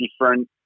different